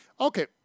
Okay